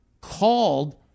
called